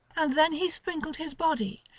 and then he sprinkled his body,